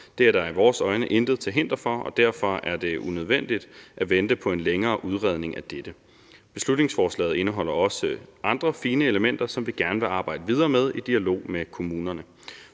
Det er der i vores øjne intet til hinder for, og derfor er det unødvendigt at vente på en længere udredning af dette. Beslutningsforslaget indeholder også andre fine elementer, som vi gerne vil arbejde videre med i dialog med kommunerne.